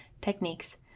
techniques